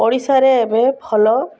ଓଡ଼ିଶାରେ ଏବେ ଭଲ